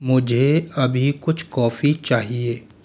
मुझे अभी कुछ कॉफी चाहिए